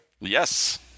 Yes